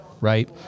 right